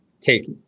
take